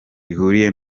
bihuriye